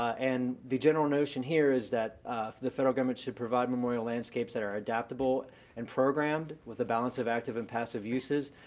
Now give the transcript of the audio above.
and the general notion here is that the federal government should provide memorial landscapes that are adaptable and programmed with a balance of active and passive uses.